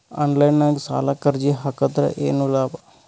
Online ನಾಗ್ ಸಾಲಕ್ ಅರ್ಜಿ ಹಾಕದ್ರ ಏನು ಲಾಭ?